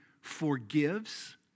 forgives